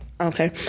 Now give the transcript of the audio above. Okay